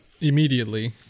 Immediately